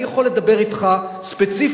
אני יכול לדבר אתך ספציפית,